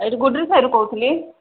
ଏଇଠି ଗୁଡୁରି ସାହିରୁ କହୁଥିଲି